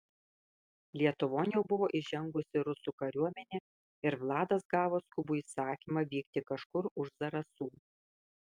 lietuvon jau buvo įžengusi rusų kariuomenė ir vladas gavo skubų įsakymą vykti kažkur už zarasų